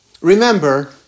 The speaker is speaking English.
Remember